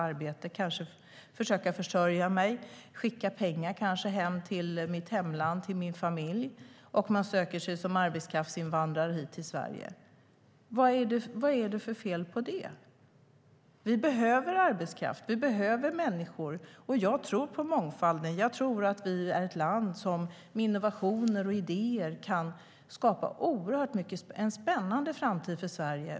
Han eller hon kanske vill försöka försörja sig och skicka pengar till hemlandet, till familjen, och söker sig därför som arbetskraftsinvandrare till Sverige. Vad är det för fel på det? Vi behöver arbetskraft. Vi behöver människor. Jag tror på mångfalden. Vi är ett land som med innovationer och idéer, med alla de människor som kommer hit, som flyr, kan skapa en spännande framtid för Sverige.